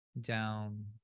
down